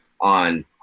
on